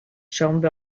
shown